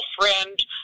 friend